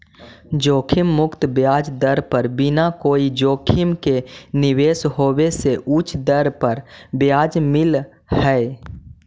जोखिम मुक्त ब्याज दर पर बिना कोई जोखिम के निवेश होवे से उच्च दर पर ब्याज मिलऽ हई